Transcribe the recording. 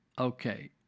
Okay